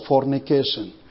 fornication